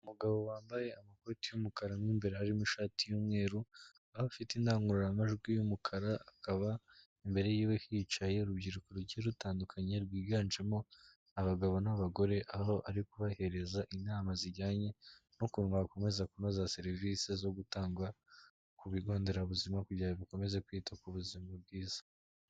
Umugabo wambaye amakoti y'umukara mo imbere harimo ishati y'umweru, aho afite indangururamajwi y'umukara akaba imbere yiwe hicaye urubyiruko rugiye rutandukanye rwiganjemo abagabo n'abagore, aho ari kubahereza inama zijyanye n'ukuntu bakomeza kunoza serivisi zo gutangwa ku bigo nderabuzima kugira ngo bikomeze kwita ku buzima bwiza.